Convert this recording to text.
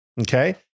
okay